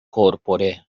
corpore